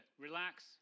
Relax